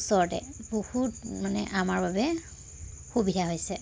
ওচৰতে বহুত মানে আমাৰ বাবে সুবিধা হৈছে